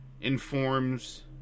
informs